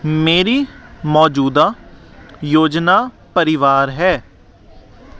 ਮੇਰੀ ਮੌਜੂਦਾ ਯੋਜਨਾ ਪਰਿਵਾਰ ਹੈ